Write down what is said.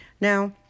Now